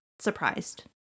surprised